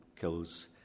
Kills